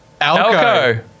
Alco